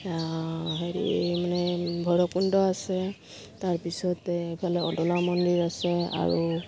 হেৰি মানে ভৈৰৱকুণ্ড আছে তাৰপিছতে এইফালে অদলা মন্দিৰ আছে আৰু